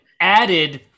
added